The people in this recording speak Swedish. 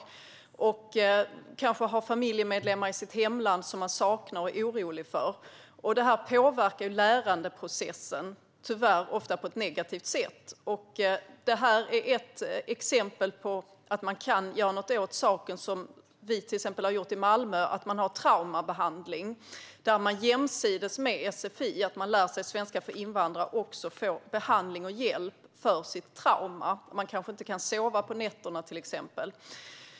Människorna i denna grupp kanske har familjemedlemmar i hemlandet som de saknar och är oroliga för. Detta påverkar tyvärr ofta lärandeprocessen på ett negativt sätt. Ett exempel på att det går att göra något åt saken är det som vi har gjort i Malmö med traumabehandling. Jämsides med att man deltar i sfi, svenska för invandrare, får man behandling och hjälp för sitt trauma, till exempel att man inte kan sova på nätterna.